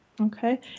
Okay